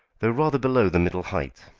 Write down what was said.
though rather below the middle height.